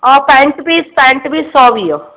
ऐं पेन्ट पिस पेन्ट पिस सौ वीह